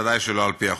ודאי שלא על-פי החוק.